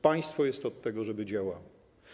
Państwo jest od tego, żeby działało.